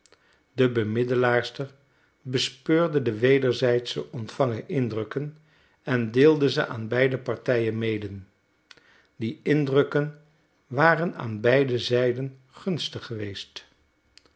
de bemiddelaarster bespeurde de wederzijds ontvangen indrukken en deelde ze aan beide partijen mede die indrukken waren aan beide zijden gunstig geweest